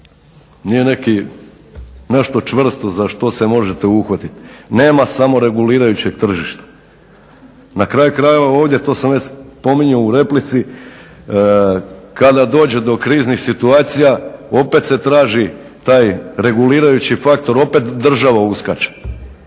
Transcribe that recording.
nije nešto čvrsto za što se možete uhvatiti. Nema samo regulirajućeg tržišta. Na kraju krajeva ovdje to sam već spominjao u replici. Kada dođe do kriznih situacija opet se traži taj regulirajući faktor, opet država uskače.